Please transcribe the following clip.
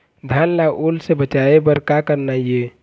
धान ला ओल से बचाए बर का करना ये?